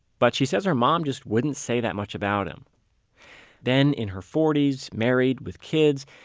but she says her mom just wouldn't say that much about him then, in her forty s, married with kids,